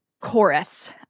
chorus